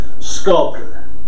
Sculptor